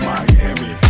Miami